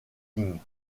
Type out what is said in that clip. meetings